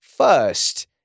First